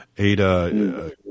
Ada